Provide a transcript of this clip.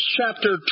chapter